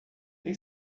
tem